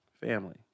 Family